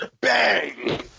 bang